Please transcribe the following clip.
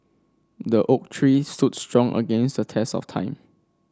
the oak tree stood strong against the test of time